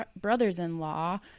brothers-in-law